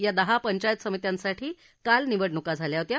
या दहा पंचायत समित्यांसाठी काल निवडणूका झाल्या होत्या